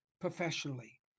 professionally